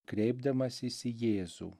kreipdamasis į jėzų